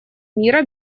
мира